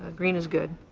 green is good.